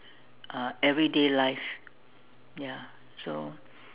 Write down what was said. uh everyday life ya so